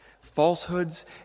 falsehoods